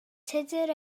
tudur